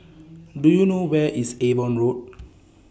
Do YOU know Where IS Avon Road